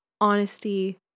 honesty